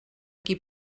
qui